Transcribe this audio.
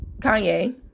Kanye